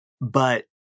but-